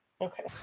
Okay